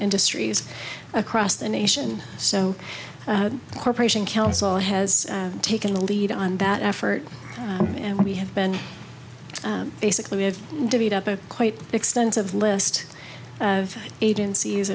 industries across the nation so the corporation council has taken the lead on that effort and we have been basically we have divvied up a quite extensive list of agencies